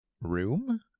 room